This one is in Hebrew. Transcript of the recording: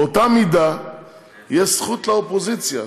באותה מידה יש זכות לאופוזיציה,